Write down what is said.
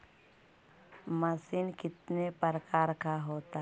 Machine कितने प्रकार का होता है?